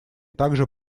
также